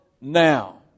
now